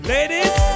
Ladies